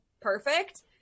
perfect